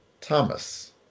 Thomas